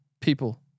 people